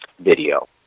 Video